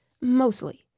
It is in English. mostly